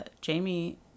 Jamie